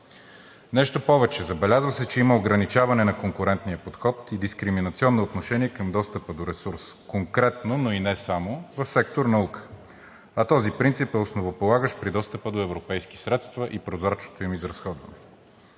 Нещо повече, забелязва се, че има ограничаване на конкурентния подход и дискриминационно отношение към достъпа до ресурс. Конкретно, но и не само в сектор „Наука“, а този принцип е основополагащ при достъпа до европейски средства и прозрачното им изразходване.